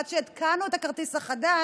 ועד שעדכנו את הכרטיס החדש,